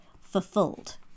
fulfilled